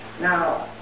Now